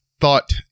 thought